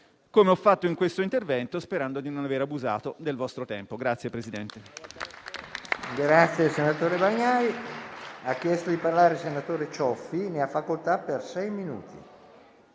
come ho fatto in questo intervento, sperando di non aver abusato del vostro tempo.